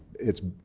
it's,